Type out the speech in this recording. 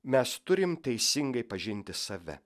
mes turim teisingai pažinti save